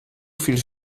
viel